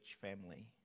family